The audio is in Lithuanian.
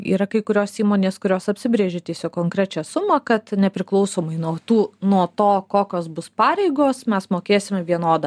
yra kai kurios įmonės kurios apsibrėžė tiesiog konkrečią sumą kad nepriklausomai nuo tų nuo to kokios bus pareigos mes mokės vienodą